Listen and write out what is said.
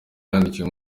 yandikiye